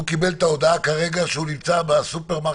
הוא קיבל את ההודעה כרגע כשהוא נמצא בסופרמרקט